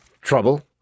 Trouble